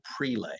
prelay